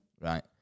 Right